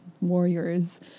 warriors